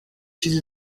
چیزی